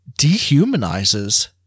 dehumanizes